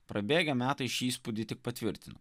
prabėgę metai šį įspūdį tik patvirtino